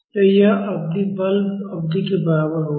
तो यह अवधि बल अवधि के बराबर होगी